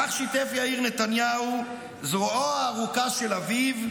כך שיתף יאיר נתניהו, זרועו הארוכה של אביו,